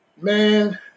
Man